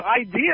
idea